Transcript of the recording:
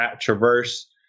traverse